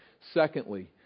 Secondly